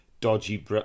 dodgy